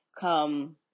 come